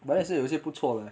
but 他也是有些不错的 leh